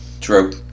True